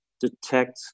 detect